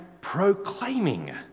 proclaiming